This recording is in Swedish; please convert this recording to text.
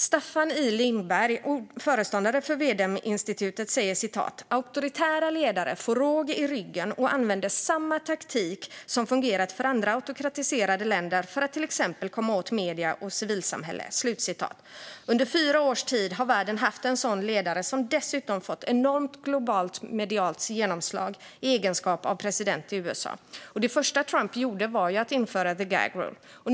Staffan I Lindberg, föreståndare för V-Dem-institutet, säger: "Auktoritära ledare får råg i ryggen och använder samma taktik som fungerat för andra autokratiserade länder för att till exempel komma åt media och civilsamhälle." Under fyra års tid har världen haft en sådan ledare, som dessutom fått ett enormt globalt medialt genomslag i egenskap av president i USA. Det första Trump gjorde var att införa the gag rule.